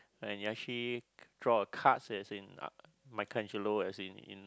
and he actually draw a card as in uh Michaelangelo as in in